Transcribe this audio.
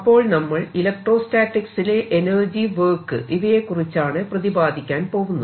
അപ്പോൾ നമ്മൾ ഇലക്ട്രോസ്റ്റാറ്റിക്സ് ലെ എനർജി വർക്ക് ഇവയെകുറിച്ചാണ് പ്രതിപാദിക്കാൻ പോവുന്നത്